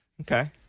Okay